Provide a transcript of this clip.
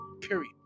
period